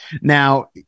Now